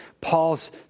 Paul's